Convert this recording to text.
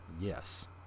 Yes